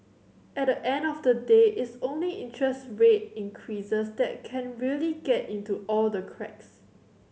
at the end of the day it's only interest rate increases that can really get into all the cracks